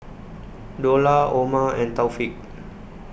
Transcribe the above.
Dollah Omar and Taufik